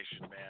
man